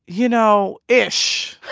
you know, ish